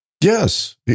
Yes